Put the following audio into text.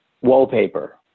wallpaper